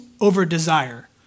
over-desire